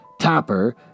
Topper